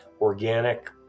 organic